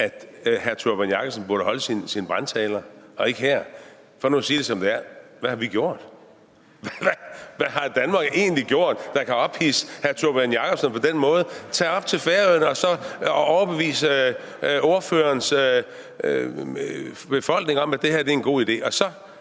at hr. Tórbjørn Jacobsen burde holde sine brandtaler og ikke her? For nu at sige det, som det er: Hvad har vi gjort? Hvad har Danmark egentlig gjort, der kan ophidse hr. Tórbjørn Jacobsen på den måde? Tag op til Færøerne og overbevis ordførerens befolkning om, at det her er en god idé,